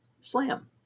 slam